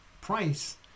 price